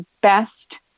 best